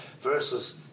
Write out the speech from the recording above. Versus